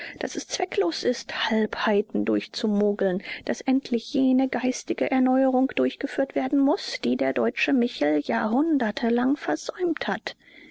daß es zwecklos ist halbheiten durchzumogeln daß endlich jene geistige erneuerung durchgeführt werden muß die der deutsche michel jahrhundertelang versäumt hat